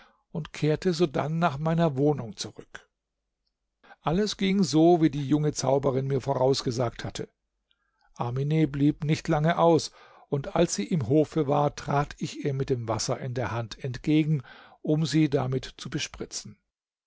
und kehrte sodann nach meiner wohnung zurück alles ging so wie die junge zauberin mir vorausgesagt hatte amine blieb nicht lange aus und als sie im hofe war trat ich ihr mit dem wasser in der hand entgegen um sie damit zu bespritzen